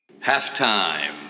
Halftime